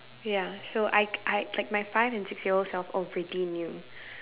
ya so I k~ I like my five and six year old self already knew